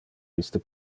iste